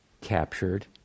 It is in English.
captured